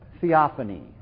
Theophany